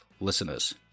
listeners